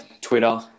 Twitter